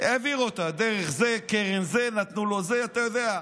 העביר אותם דרך זה, קרן זה, נתנו לו זה, אתה יודע.